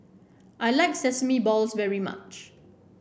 I like Sesame Balls very much